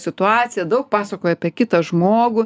situaciją daug pasakoja apie kitą žmogų